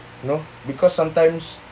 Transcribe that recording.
you know because sometimes